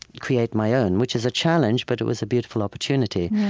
create my own, which is a challenge, but it was a beautiful opportunity.